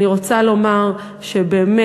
אני רוצה לומר שבאמת,